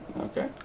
Okay